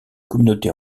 communautés